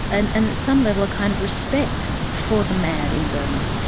and and at some level a kind of respect for the mad in burma.